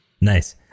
Nice